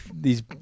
these-